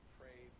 pray